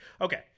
Okay